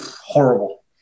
horrible